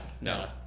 No